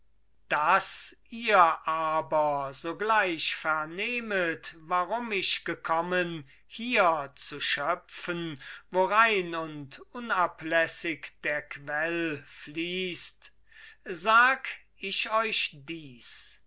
daß ihr aber sogleich vernehmet warum ich gekommen hier zu schöpfen wo rein und unablässig der quell fließt sag ich euch dies